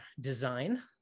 design